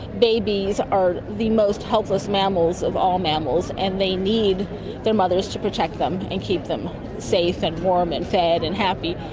babies are the most helpless mammals of all mammals and they need their mothers to protect them and keep them safe and warm and fed and happy.